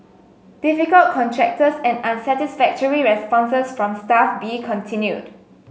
difficult contractors and unsatisfactory responses from Staff B continued